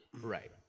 Right